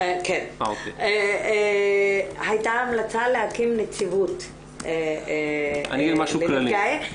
הייתה המלצה להקים נציבות לנפגעי,